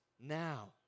now